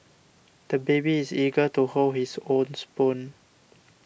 the baby is eager to hold his own spoon